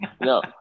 No